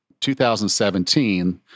2017